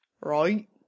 right